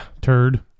Turd